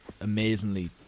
amazingly